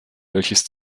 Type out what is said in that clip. welches